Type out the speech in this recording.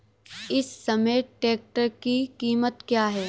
इस समय ट्रैक्टर की कीमत क्या है?